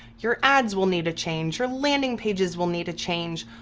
your ads will need to change, your landing pages will need to change,